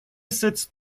setzt